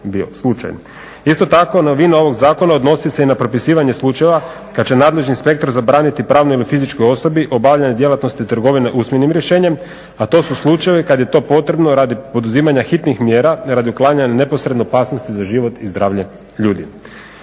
Isto tako novina ovog zakona odnosi se i na propisivanje slučajeva kada će nadležni inspektor zabraniti pravnoj ili fizičkoj osobi obavljanje djelatnosti trgovine usmenim rješenjem, a to su slučajevi kada je to potrebno radi poduzimanja hitnih mjera radi uklanjanja neposredne opasnosti za život i zdravlje ljudi.